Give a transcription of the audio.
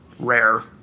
rare